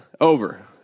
over